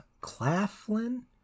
Claflin